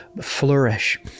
flourish